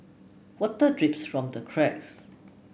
water drips from the cracks